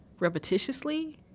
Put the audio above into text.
Repetitiously